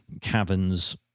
caverns